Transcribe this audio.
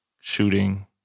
shooting